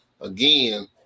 again